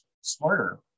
smarter